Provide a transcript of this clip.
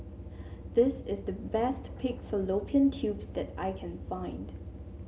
this is the best Pig Fallopian Tubes that I can find